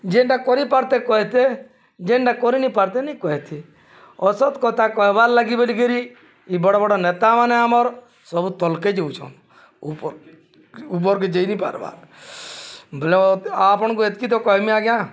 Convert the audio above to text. ଯେନ୍ଟା କରିପାରତେ କହିତେ ଯେନ୍ଟା କରିନାଇଁ ପାରତେ ନାଇଁ କହିତେ ଅସତ୍ କଥା କହିବାର୍ ଲାଗି ବୋଲିକିରି ଇ ବଡ଼ ବଡ଼ ନେତାମାନ ଆମର୍ ସବୁ ତଲକେ ଯଉଛନ୍ ଉପର ଉପରକେ ଯାଇ ନାଇଁ ପାର୍ବାର୍ ବୋଲେ ଆପଣଙ୍କୁ ଏତିକି ତ କହିମି ଆଜ୍ଞା